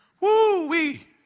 Woo-wee